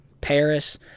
Paris